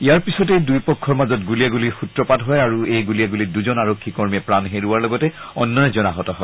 ইয়াৰ পিছতেই দুয়ো পক্ষৰ মাজত গুলীয়াণুলীৰ সূত্ৰপাত হয় আৰু এই গুলীণুলীত দুজন আৰক্ষী কৰ্মীয়ে প্ৰাণ হেৰুওৱাৰ লগতে অন্য এজন আহত হয়